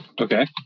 Okay